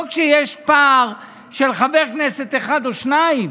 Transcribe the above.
לא כשיש פער של חבר כנסת אחד או שניים.